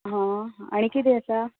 आनी कितें आसा